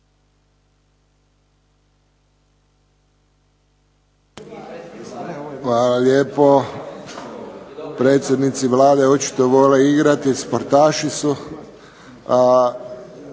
Hvala lijepo. Predsjednici vlade očito vole igrati sportaši su.